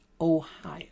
Ohio